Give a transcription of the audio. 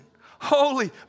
holy